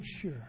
sure